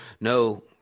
no